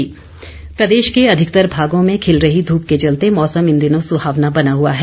मौसम प्रदेश के अधिकतर भागों में खिल रही धूप के चलते मौसम इन दिनों सुहावना बना हुआ है